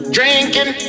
Drinking